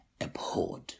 abhorred